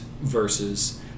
versus